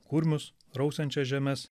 kurmius rausiant čia žemes